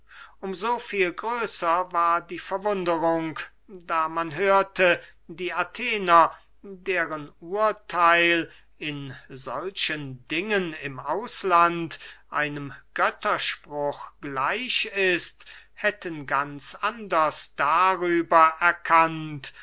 so viel größer war die verwunderung da man hörte die athener deren urtheil in solchen dingen im auslande einem götterspruch gleich ist hätten ganz anders darüber erkannt